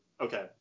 okay